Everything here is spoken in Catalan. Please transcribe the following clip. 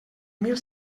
mil